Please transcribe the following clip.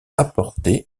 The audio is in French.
apportée